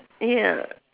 ya